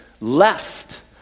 left